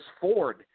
Ford